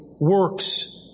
works